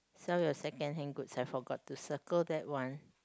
sell your secondhand good I forgot to circle that one